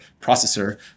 processor